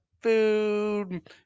food